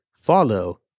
follow